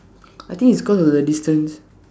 I think it's cause of the distance